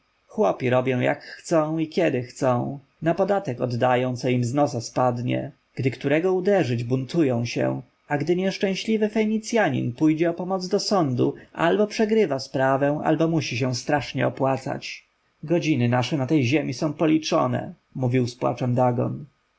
chłopi robią jak chcą i kiedy chcą na podatek oddają co im z nosa spadnie gdy którego uderzyć buntują się a gdy nieszczęśliwy fenicjanin pójdzie o pomoc do sądu albo przegrywa sprawy albo musi się strasznie opłacać godziny nasze na tej ziemi są policzone mówił z płaczem dagon